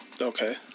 okay